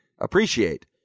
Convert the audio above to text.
appreciate